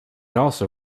also